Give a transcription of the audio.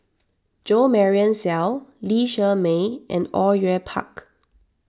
Jo Marion Seow Lee Shermay and Au Yue Pak